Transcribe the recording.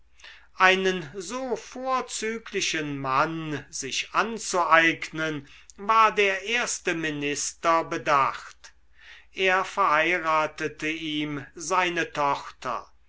einen so vorzüglichen mann sich anzueignen war der erste minister bedacht er verheiratete ihm seine tochter